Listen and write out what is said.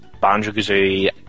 Banjo-Kazooie